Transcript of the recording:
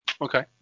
Okay